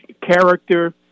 character